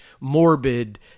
morbid